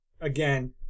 again